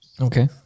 Okay